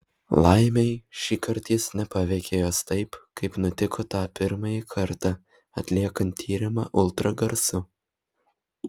laimei šįkart jis nepaveikė jos taip kaip nutiko tą pirmąjį kartą atliekant tyrimą ultragarsu